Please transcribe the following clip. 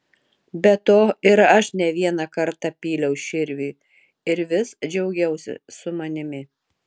be to ir aš ne vieną kartą pyliau širviui ir vis džiaugiausi su manimi